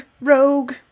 rogue